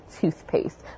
Toothpaste